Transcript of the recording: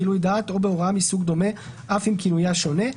גילוי דעת או בהוראה מסוג דומה אף אם כינויה שונה,